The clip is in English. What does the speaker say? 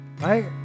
Right